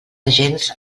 gens